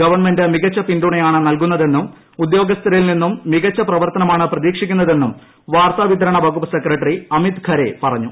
government മികച്ച പിന്തുണയാണ് നല്കുന്നതെന്നും ഉദ്യോഗസ്ഥരിൽ നിന്നും മികച്ച പ്രവർത്തനമാണ് പ്രതീക്ഷിക്കുന്നതെന്നും വാർത്താവിതരണ വകുപ്പ് സെക്രട്ടറി അമിത് ഖരെ പറഞ്ഞു